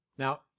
Now